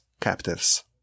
captives